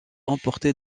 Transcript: emportés